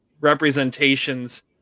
representations